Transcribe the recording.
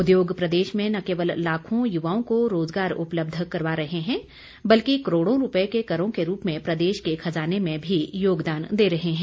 उद्योग प्रदेश में न केवल लारवों युवाओं को रोजगार उपलब्ध करवा रहे हैं बल्कि करोड़ों रूपये के करों के रूप में प्रदेश के खजाने में भी योगदान दे रहे हैं